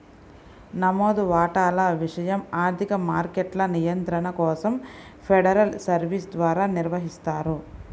నమోదు వాటాల విషయం ఆర్థిక మార్కెట్ల నియంత్రణ కోసం ఫెడరల్ సర్వీస్ ద్వారా నిర్వహిస్తారు